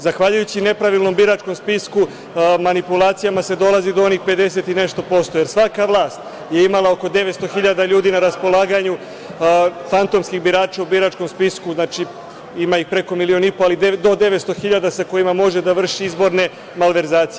Zahvaljujući nepravilnom biračkom spisku, manipulacijama se dolazi do onih 50 i nešto posto jer svaka vlast je imala oko 900.000 ljudi na raspolaganju, fantomskim biračem u biračkom spisku, znači, ima ih preko milion i po, ali do 900 hiljada sa kojima može da vrši izborne malverzacije.